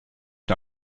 nur